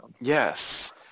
Yes